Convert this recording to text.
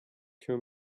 two